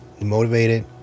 motivated